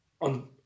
on